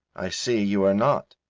i see you are not,